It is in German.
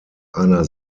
einer